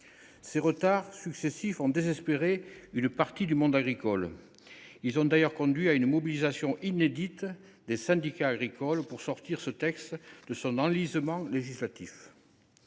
Ces retards successifs ont désespéré une partie du monde agricole. Ils ont d’ailleurs conduit à une mobilisation inédite des syndicats agricoles pour sortir ce texte de son enlisement législatif.